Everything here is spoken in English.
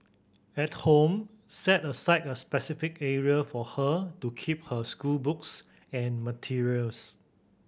at home set aside a specific area for her to keep her schoolbooks and materials